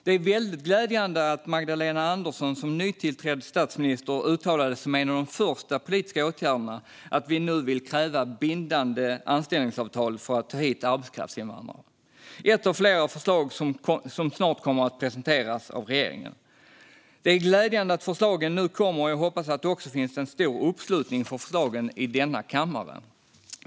Det är glädjande att Magdalena Andersson som nytillträdd statsminister uttalade som en av de första politiska åtgärderna att vi nu vill kräva bindande anställningsavtal för att ta hit arbetskraftsinvandrare. Det är ett av flera förslag som snart kommer att presenteras av regeringen. Det är glädjande att förslagen kommer, och jag hoppas att det finns en stor uppslutning för dessa i denna kammare.